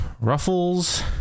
Ruffles